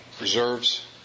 reserves